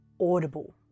audible